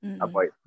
Avoid